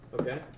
Okay